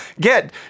get